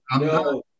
No